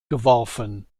geworfen